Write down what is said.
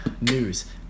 News